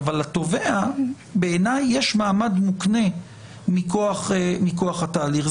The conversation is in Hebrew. אבל לתובע בעיני יש מעמד מוקנה מכוח התהליך.